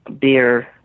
beer